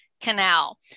Canal